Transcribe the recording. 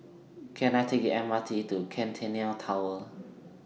Can I Take The M R T to Centennial Tower